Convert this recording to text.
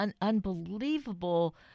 unbelievable